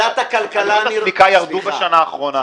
עלויות הסליקה ירדו בשנה האחרונה.